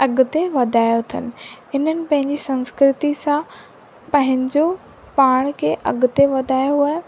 अॻिते वधायो अथनि हिननि पंहिंजी संस्कृति सां पंहिंजो पाण खे अॻिते वधायो वियो आहे